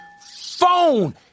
Phone